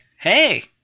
Hey